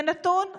זה נתון מזעזע.